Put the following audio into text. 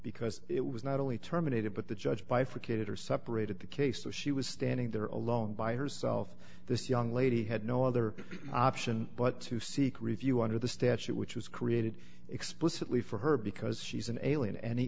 because it was not only terminated but the judge bifurcated or separated the case so she was standing there alone by herself this young lady had no other option but to seek review under the statute which was created explicitly for her because she's an alien any